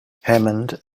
hammond